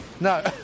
No